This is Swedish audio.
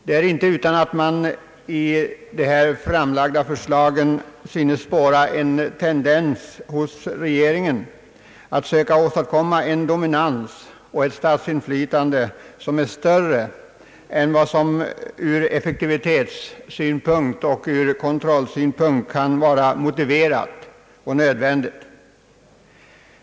Det är inte utan att man i de här framlagda förslagen kan spåra en tendens hos regeringen att söka åstadkomma en dominans och ett statsinflytande, som är större än vad som ur effektivitetsoch kontrollsynpunkt kan vara nödvändigt.